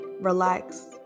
relax